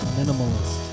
minimalist